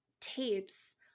tapes